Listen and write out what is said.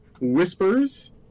whispers